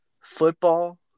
football